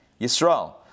Yisrael